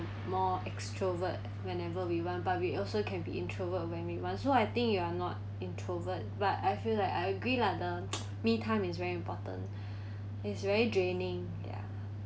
more extrovert whenever we want but we also can be introvert when we want so I think you are not introvert but I feel like I agree lah the me time is very important it's very draining ya